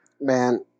Man